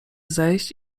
zejść